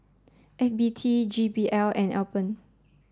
F B T J B L and Alpen